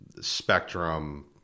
spectrum